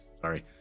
sorry